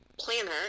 planner